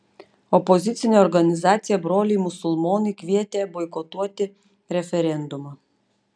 opozicinė organizacija broliai musulmonai kvietė boikotuoti referendumą